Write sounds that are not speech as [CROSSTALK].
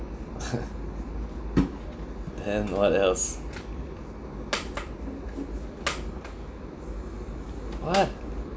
[LAUGHS] then what else what